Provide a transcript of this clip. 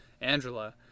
angela